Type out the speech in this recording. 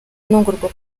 ntungurwa